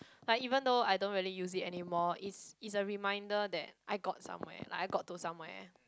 like even though I don't really use it anymore it's it's a reminder that I got somewhere like I got to somewhere